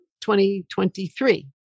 2023